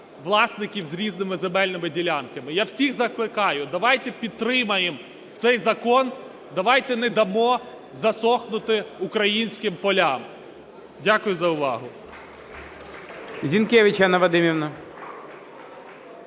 власників з різними земельними ділянками. Я всіх закликаю, давайте підтримаємо цей закон, давайте не дамо засохнути українським полям. Дякую за увагу.